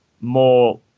more